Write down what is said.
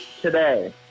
today